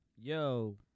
Yo